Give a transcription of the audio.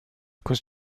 cause